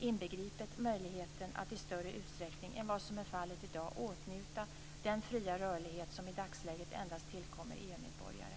inbegripet möjligheten att i större utsträckning än vad som är fallet i dag åtnjuta den fria rörlighet som i dagsläget endast tillkommer EU-medborgare.